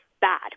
bad